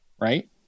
right